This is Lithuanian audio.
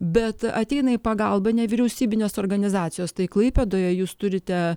bet ateina į pagalbą nevyriausybinės organizacijos tai klaipėdoje jūs turite